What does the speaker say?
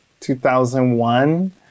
2001